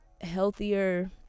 healthier